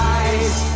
eyes